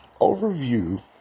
overview